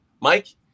Mike